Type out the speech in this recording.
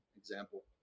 example